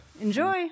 Enjoy